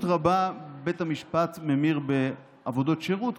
רבה בית המשפט ממיר בעבודות שירות,